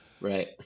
Right